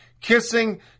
kissing